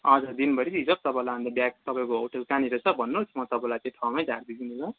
हजुर दिनभरि रिजर्भ तपाईँलाई हामी ब्याक तपाईँको होटेल कहाँनिर छ भन्नुहोस् म तपाईँलाई त्यो ठाउँमै झारिदिन्छु नि ल